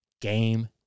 Game